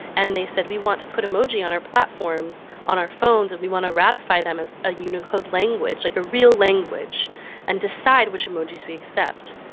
and they said we want to put emoji on our platforms on our phones and we want to ratify them as a unicode language, like a real language and decide which emojis we accept.